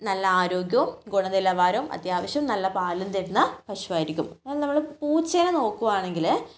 നല്ല ആരോഗ്യവും ഗുണനിലവാരവും അത്യാവശ്യം നല്ല പാലും തരുന്ന പശുവായിരിക്കും അതിൽ നമ്മൾ പൂച്ചേനെ നോക്കുവാണെങ്കിൽ